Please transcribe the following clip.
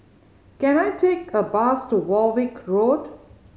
can I take a bus to Warwick Road